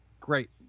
Great